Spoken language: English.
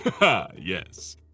Yes